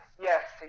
Yes